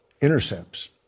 intercepts